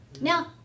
Now